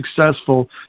successful